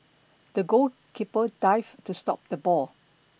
the goalkeeper dived to stop the ball